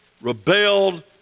rebelled